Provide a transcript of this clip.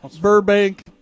Burbank